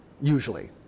usually